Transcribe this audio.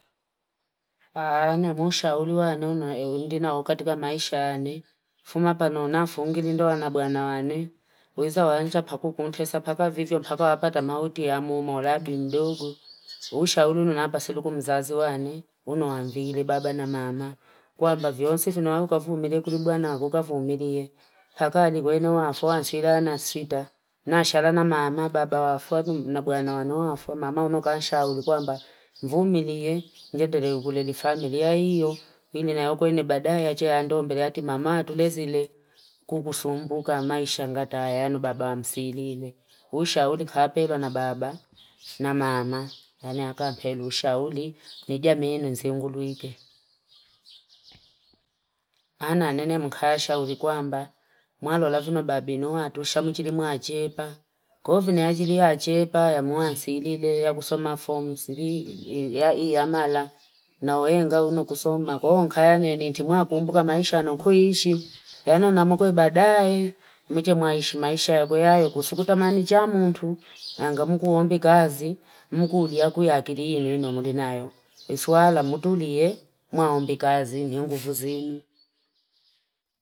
ushauri wane uli naokatika maisha yane fumapanonafu ngi ndoo ana bwana wane, winza wanshe pakuntesa paka visho mpaka wapata mauti yamumola bi mdogo, ushauri napa sikulu mzazi wane unuwambile baba na mama kwamaba vionse nafu kavumilie kulu bwana ukavumilie hata bwana wafo ansila na sita nashaa na mamaa baba wafo na bwana wanuafo mama unkaushauli kwamba vumilie ngendele kulele familia iyoo ilinakoene bdaee achaya ndo mbele ati mama atumbese atulezile kukusumbuka maisha baba anu msilile ushauri kapelwa na babaa na mamaa yana akapeni ushauli kuijamii yenu nzinguluike. Ana nene mkayasahauri kwamba mwalola vino babinoato shanu chilimwaachepa kovinachilia achepa ya mwansilile ya kusoma fomu silii iiyamala naowenga na kusoma no nkaya ninjitinakumbuka maisha nokwiishi yani nama kwe bdaee niche mwaishi maisha ya kwe yako si kutamani cha mutu anganikuombi kazi nkuyaki yakiliamo nimungi nayo ni swala la mtulie mwaombi kazi niungu tusimu.